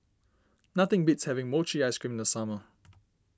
nothing beats having Mochi Ice Cream in the summer